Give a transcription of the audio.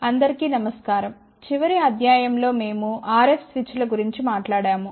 అందరికీ నమస్కారం చివరి అధ్యాయం లో మేము RF స్విచ్ల గురించి మాట్లాడాము